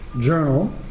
journal